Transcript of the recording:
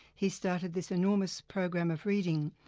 he started this enormous program of reading,